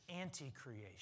anti-creation